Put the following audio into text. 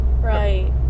Right